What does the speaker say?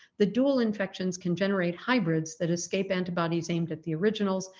the dual infections can generate hybrids that escape antibodies aimed at the originals,